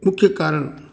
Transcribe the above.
મુખ્ય કારણ